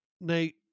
Nate